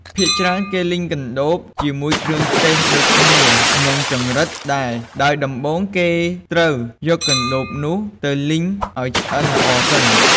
ភាគច្រើន គេលីងកណ្ដូបជាមួយគ្រឿងទេសដូចគ្នានឹងចង្រិតដែរ ដោយដំបូងគេត្រូវយកកណ្តូបនោះទៅលីងឱ្យឆ្អិនល្អសិន។